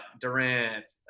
Durant